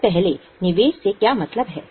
सबसे पहले निवेश से क्या मतलब है